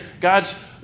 God's